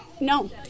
No